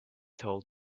told